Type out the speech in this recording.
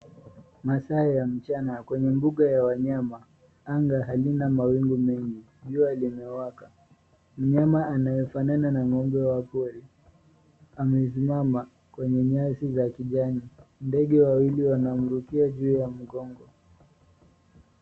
Masaa ya mchana kwenye mbuga ya wanyama, anga halina mawingu mengi. Jua limewaka. Mnyama anayefanana na ngombe wa pori amesimama kwenye nyasi za kijani. Ndege wawili wanamrukia juu ya mgongo.